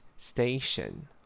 Station